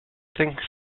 thinks